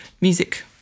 music